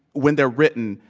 when they're written,